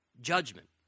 judgment